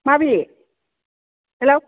माबे हेलौ